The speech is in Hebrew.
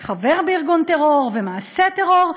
"חבר בארגון טרור" ו"מעשה טרור",